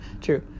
True